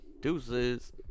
deuces